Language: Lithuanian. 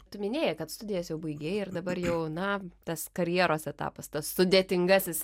tu minėjai kad studijas jau baigei ir dabar jau na tas karjeros etapas tas sudėtingasis